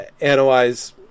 analyze